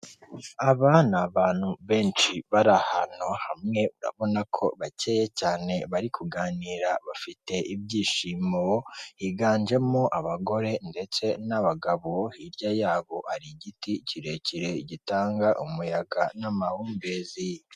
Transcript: Abana n'abantu benshi bari ahantu hamwe urabona ko bakeya cyane bari kuganira bafite ibyishimo higanjemo abagore ndetse n'abagabo hirya yabo hari igiti kirekire gitanga umuyaga n'amahumbezi.